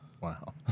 Wow